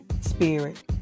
spirit